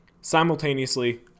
simultaneously